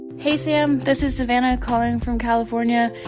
hey, sam. this is savannah calling from california.